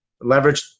leverage